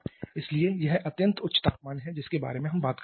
इसलिए यह अत्यंत उच्च तापमान है जिसके बारे में हम बात कर रहे हैं